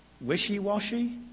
wishy-washy